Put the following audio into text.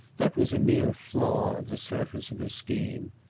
that was a mere flaw of the surface of his scheme.